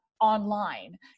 online